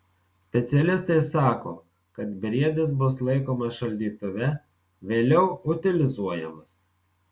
specialistai sako kad briedis bus laikomas šaldytuve vėliau utilizuojamas